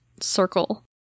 circle